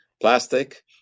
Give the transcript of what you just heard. plastic